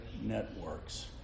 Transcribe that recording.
networks